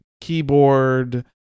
keyboard